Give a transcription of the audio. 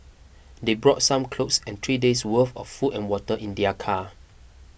they brought some clothes and three days' worth of food and water in their car